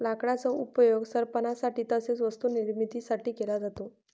लाकडाचा उपयोग सरपणासाठी तसेच वस्तू निर्मिती साठी केला जातो